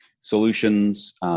solutions